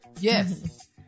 Yes